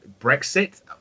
Brexit